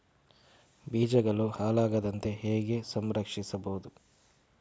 ಬೀಜಗಳು ಹಾಳಾಗದಂತೆ ಹೇಗೆ ಸಂರಕ್ಷಿಸಬಹುದು?